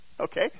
Okay